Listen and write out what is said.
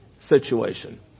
situation